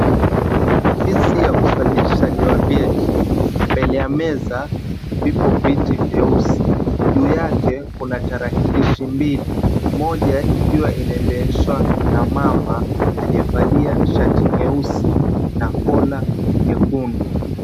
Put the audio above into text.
Ofisi ya usajilshaji wa vyeti, mbele ya meza vipo viti vyeusi. Juu yake kuna tarakilishi mbili, moja ikiwa inaendeshwa na mama aliyevalia shati nyeusi na collar nyekundu.